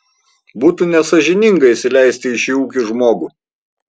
būtų nesąžininga įsileisti į šį ūkį žmogų